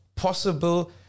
Possible